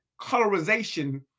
colorization